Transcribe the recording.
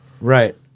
Right